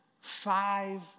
five